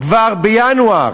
כבר בינואר,